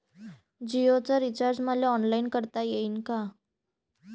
जीओच रिचार्ज मले ऑनलाईन करता येईन का?